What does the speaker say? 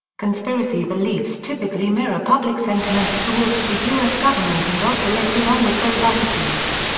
conspiracy beliefs typically mirror public sentiments towards the us government and oscillate along with those attitudes.